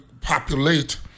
populate